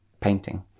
painting